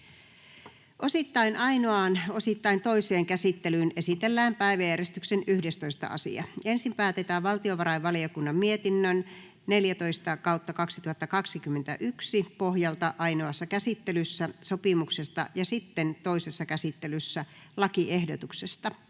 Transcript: Osittain ainoaan, osittain toiseen käsittelyyn esitellään päiväjärjestyksen 12. asia. Ensin päätetään talousvaliokunnan mietinnön TaVM 27/2021 vp pohjalta ainoassa käsittelyssä sopimuksesta ja sitten toisessa käsittelyssä lakiehdotuksesta.